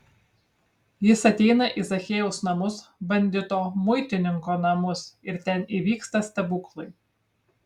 jis ateina į zachiejaus namus bandito muitininko namus ir ten įvyksta stebuklai